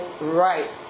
right